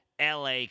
la